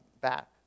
back